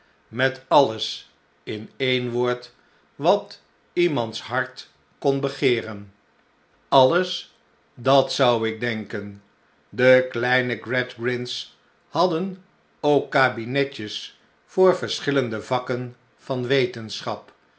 met alles in een woord wat iemands hart kon begeeren alles dat zou ik denken de kleine gradgrind's hadden ook kabinetjes voor verschillende vakken van wetenschap